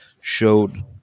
showed